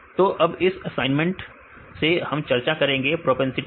तो अब इस असाइनमेंट से हम चर्चा करेंगे प्रोपेंसिटी की